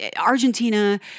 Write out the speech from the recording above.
Argentina